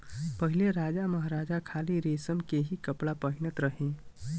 पहिले राजामहाराजा खाली रेशम के ही कपड़ा पहिनत रहे